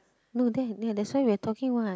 no that ya that's why we are talking [what]